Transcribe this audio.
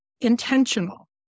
intentional